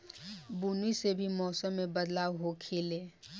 बुनी से भी मौसम मे बदलाव होखेले